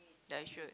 yeah you should